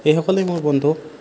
এইসকলেই মোৰ বন্ধু